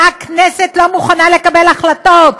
הכנסת לא מוכנה לקבל החלטות,